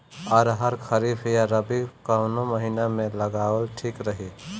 अरहर खरीफ या रबी कवने महीना में लगावल ठीक रही?